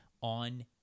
on